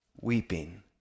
weeping